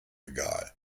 egal